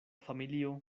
familio